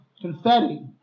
confetti